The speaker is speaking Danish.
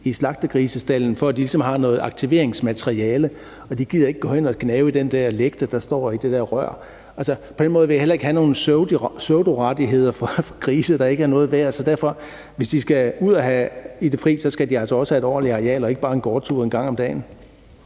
i slagtegrisestalden, for at de ligesom har noget aktiveringsmateriale, men de gider ikke gå hen og gnave i den der lægte, der står i det rør. På den måde vil jeg heller ikke have nogle pseudorettigheder for grise, der ikke er noget værd. Så hvis de skal ud i det fri, skal de altså også have et ordentligt areal og ikke bare en gårdtur en gang om dagen.